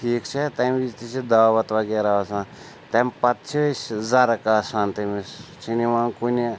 ٹھیٖک چھا تَمہِ وِزِ تہِ چھِ دعوت وغیرہ آسان تَمہِ پَتہٕ چھِ أسۍ زَرٕ کاسان تٔمِس چھِ نِوان کُنہِ